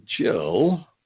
Jill